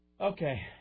Okay